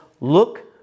look